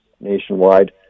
nationwide